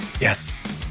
yes